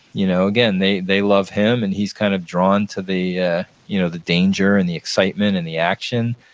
you know again, they they love him and he's kind of drawn to the you know the danger and the excitement and the action.